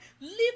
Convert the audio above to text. leave